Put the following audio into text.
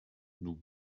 nous